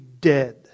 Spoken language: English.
dead